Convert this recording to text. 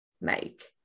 make